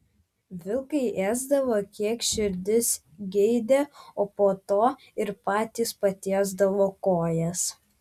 vilkai ėsdavo kiek širdis geidė o po to ir patys patiesdavo kojas